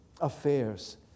affairs